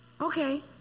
Okay